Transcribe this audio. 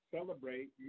celebrate